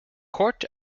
court